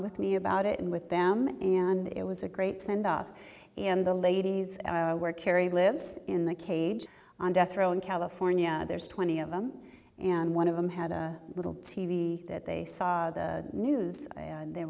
with me about it and with them and it was a great sendoff and the ladies were carrie lives in the cage on death row in california there's twenty of them and one of them had a little t v that they saw the news